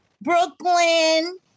Brooklyn